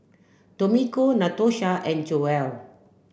Tomika Natosha and Joelle